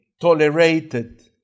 tolerated